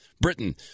Britain